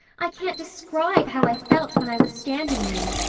i can't describe how i felt when i was standing there,